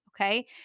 Okay